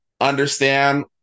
understand